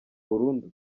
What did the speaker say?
burundu